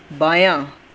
بایاں